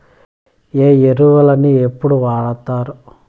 ఏ ఎరువులని ఎప్పుడు వాడుతారు?